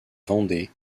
vendée